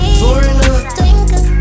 foreigner